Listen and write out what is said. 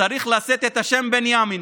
צריך לשאת את השם בנימין,